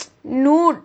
nude